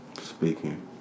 speaking